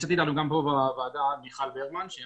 נמצאת איתנו גם בוועדה מיכל ברמן שהיא